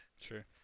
Sure